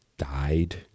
died